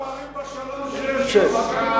אתם מתפארים בשלום שישנו, בשקט.